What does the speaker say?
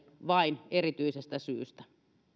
vain erityisestä syystä